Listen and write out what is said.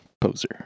Poser